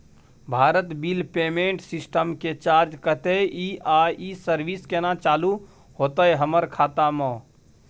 Bharat bill payment system के charge कत्ते इ आ इ सर्विस केना चालू होतै हमर खाता म?